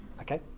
Okay